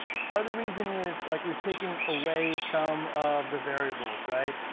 part of the reason is like we have taken away some of the variables, right?